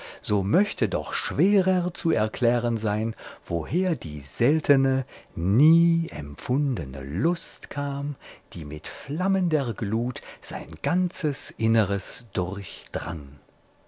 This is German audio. so möchte doch schwerer zu erklären sein woher die seltene nie empfundene lust kam die mit flammender glut sein ganzes inneres durchdrang